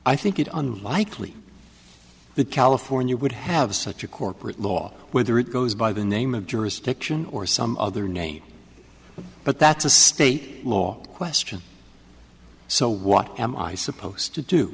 i think it unlikely that california would have such a corporate law whether it goes by the name of jurisdiction or some other name but that's a state law question so what am i supposed to do